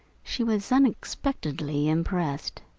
she was unexpectedly impressed.